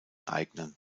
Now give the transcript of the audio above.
eignen